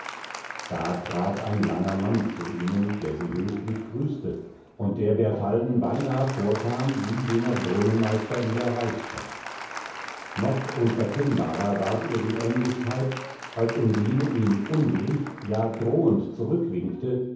da trat ein langer mann zu ihnen der sie höflich grüßte und der bertalden beinah vorkam wie jener brunnenmeister in der reichsstadt noch unverkennbarer ward ihr die ähnlichkeit als undine ihm unwillig ja drohend